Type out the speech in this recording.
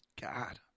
God